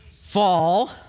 fall